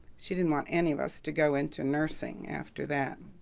she didn't want any of us to go into nursing after that.